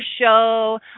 show